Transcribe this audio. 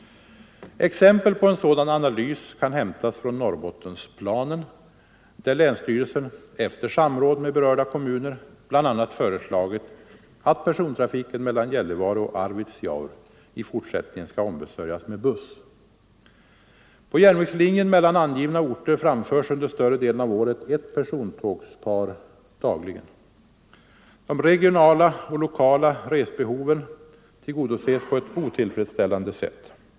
Exempel på en sådan analys kan hämtas från Norrbottensplanen, där länsstyrelsen efter samråd med berörda kommuner bl.a. föreslagit, att persontrafiken mellan Gällivare och Arvidsjaur i fortsättningen skall ombesörjas med buss. På järnvägslinjen mellan angivna orter framförs under större delen av året ett persontågpar dagligen. De regionala och lokala Nr 128 resbehoven tigddosEs på ett otillfredsställande sätt.